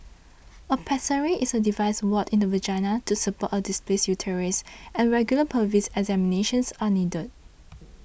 a pessary is a device worn in the vagina to support a displaced uterus and regular pelvic examinations are needed